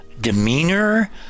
demeanor